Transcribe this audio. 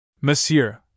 Monsieur